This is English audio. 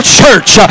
church